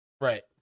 Right